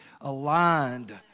aligned